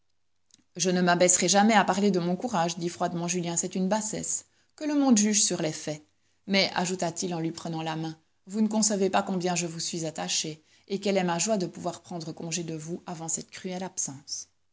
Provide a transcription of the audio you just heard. je ne m'abaisserai jamais à parler de mon courage dit froidement julien c'est une bassesse que le monde juge sur les faits mais ajouta-t-il en lui prenant la main vous ne concevez pas combien je vous suis attaché et quelle est ma joie de pouvoir prendre congé de vous avant cette cruelle absence